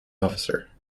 officer